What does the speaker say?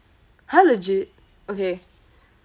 !huh! legit okay